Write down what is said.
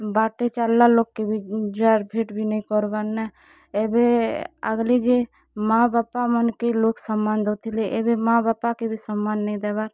ବାଟେ ଚାଲ୍ଲା ଲୋକ୍ କେ ବି ଜୁହାର୍ ଭେଟ୍ ବି ନେଇ କର୍ବାନା ଏବେ ଆଗ୍ଲି ଯେ ମାଆ ବାପା ମାନ୍କେ ଲୋକ୍ ସମ୍ମାନ୍ ଦଉଥିଲେ ଏବେ ମାଆ ବାପାକେ ବି ସମ୍ମାନ୍ ନେଇଁ ଦେବାର୍